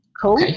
cool